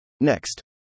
Next